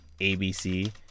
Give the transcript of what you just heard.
ABC